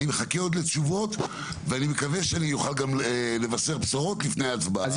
אני מחכה עוד לתשובות ואני מקווה שאני אוכל גם לבשר בשורות לפני ההצבעה.